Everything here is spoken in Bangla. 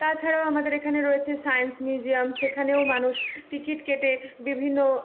তাছাড়াও আমাদের এখানে রয়েছে সাইন্স মিউজিয়াম সেখানেও মানুষ টিকিট কেটে বিভিন্ন